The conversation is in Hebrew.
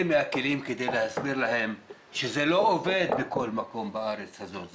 מהכלים כדי להסביר להם שזה לא עובד בכל מקום בארץ הזאת,